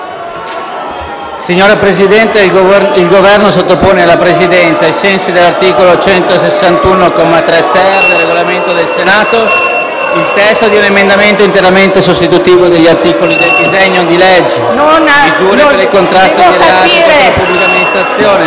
Signor Presidente, il Governo sottopone alla Presidenza, ai sensi dell'articolo 161, comma 3-*ter*, del Regolamento del Senato, il testo di un emendamento interamente sostitutivo degli articoli del disegno di legge «Misure per il contrasto dei reati contro la pubblica amministrazione,